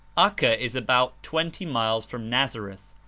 acca is about twenty miles from nazareth,